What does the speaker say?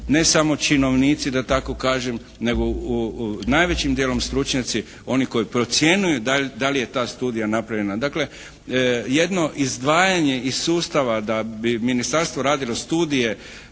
ne samo činovnici da tako kažem nego najvećim dijelom stručnjaci. Oni koji procjenjuju da li je ta studija napravljena. Dakle jedno izdvajanje iz sustava da bi Ministarstvo radilo studije,